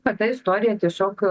kad ta istorija tiesiog